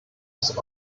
ist